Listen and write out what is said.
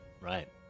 Right